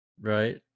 Right